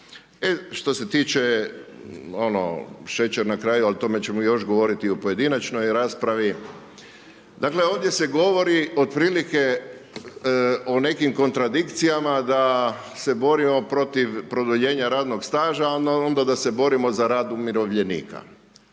što se tiče ono, šećer na kraju, ali o tome ćemo još govoriti u pojedinačnoj raspravi, dakle, ovdje se govori, otprilike o nekim kontradikcijama, da se borimo protiv produljenja radnoga staža a onda da se borimo za rad umirovljenika.